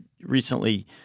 recently